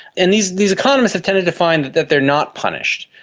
and these these economists have tended to find that that they are not punished.